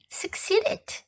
succeeded